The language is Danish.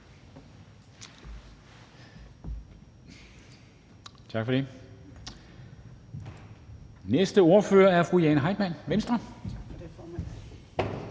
bemærkninger. Næste ordfører er fru Jane Heitmann, Venstre.